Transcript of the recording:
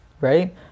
right